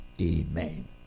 Amen